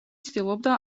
ცდილობდა